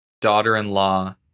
daughter-in-law